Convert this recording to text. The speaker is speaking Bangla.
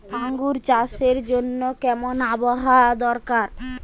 আঙ্গুর চাষের জন্য কেমন আবহাওয়া দরকার?